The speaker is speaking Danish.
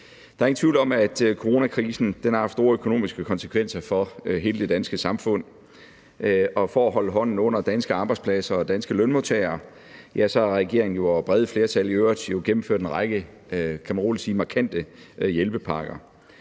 Der er ingen tvivl om, at coronakrisen har haft store økonomiske konsekvenser for hele det danske samfund, og for at holde hånden under danske arbejdspladser og danske lønmodtagere har regeringen og brede flertal i øvrigt jo gennemført en række, kan man